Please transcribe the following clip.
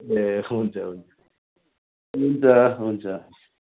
ए हुन्छ हुन्छ हुन्छ हुन्छ